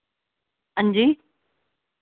हांजी